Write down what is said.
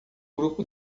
grupo